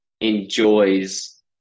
enjoys